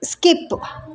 skip